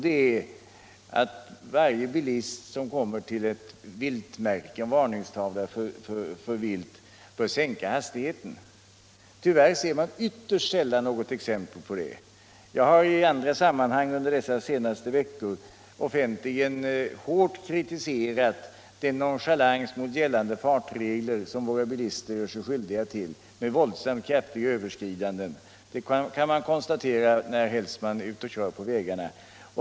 Det är att varje bilist som kommer till ett viltmärke — en varningstavla för vilt — bör sänka hastigheten. Tyvärr ser man ytterst sällan något exempel på att det sker. Jag' har i andra sammanhang under dessa senaste veckor offentligen hårt kritiserat den nonchalans mot gällande fartregler som våra bilister gör sig skyldiga till med våldsamt kraftiga överskridanden. Det kan man konstatera närhelst man är ute och kör på vägarna.